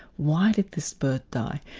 why did this bird die?